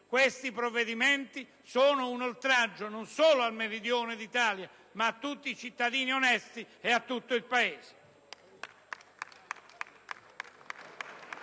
Questi provvedimenti sono un oltraggio non solo al Meridione d'Italia, ma a tutti i cittadini onesti e all'intero Paese.